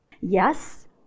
Yes